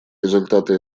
результаты